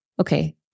okay